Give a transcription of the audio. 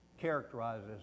characterizes